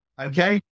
okay